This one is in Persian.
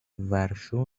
ورشو